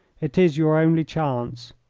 it is your only chance.